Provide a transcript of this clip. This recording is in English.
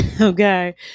Okay